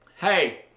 hey